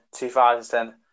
2010